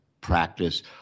practice